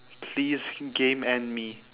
please game end me